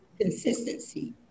consistency